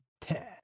Ten